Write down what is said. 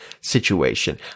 situation